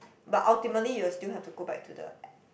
but ultimately you still have to go back to the